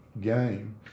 game